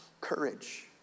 Courage